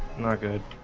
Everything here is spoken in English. not good